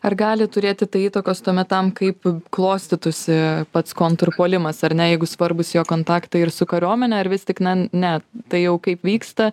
ar gali turėti tai įtakos tuomet tam kaip klostytųsi pats kontrpuolimas ar ne jeigu svarbūs jo kontaktai ir su kariuomene ar vis tik na ne tai jau kaip vyksta